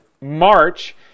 March